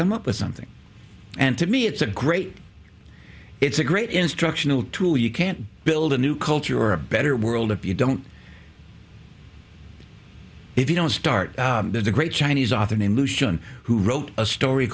come up with something and to me it's a great it's a great instructional tool you can't build a new culture or a better world if you don't if you don't start there's a great chinese author named lucian who wrote a story